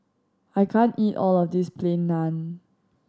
I can't eat all of this Plain Naan